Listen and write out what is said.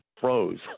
froze